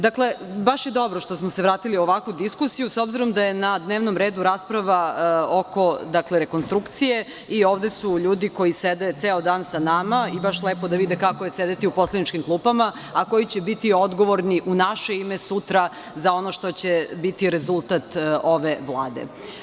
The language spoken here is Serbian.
Dakle, baš je dobro što smo se vratili u ovakvu diskusiju, s obzirom da je na dnevnom redu rasprava oko rekonstrukcije i ovde su ljudi koji sede ceo dan sa nama, i baš je lepo da vide kako je sedeti u poslaničkim klupama, a koji će biti odgovorni u naše ime sutra za ono što će biti rezultat ove vlade.